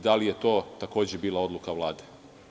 Da li je to takođe bila odluka Vlade?